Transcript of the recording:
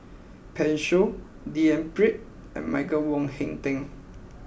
Pan Shou D N Pritt and Michael Wong Hong Teng